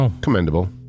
Commendable